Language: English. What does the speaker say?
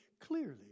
clearly